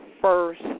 first